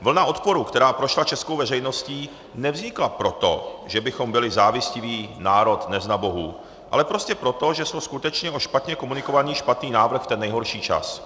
Vlna odporu, která prošla českou veřejností, nevznikla proto, že bychom byli závistivý národ neznabohů, ale prostě proto, že šlo skutečně o špatně komunikovaný špatný návrh v ten nejhorší čas.